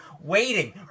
waiting